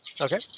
Okay